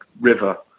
river